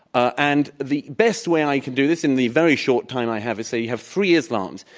and the best way i can do this in the very short time i have, is say you have three islams,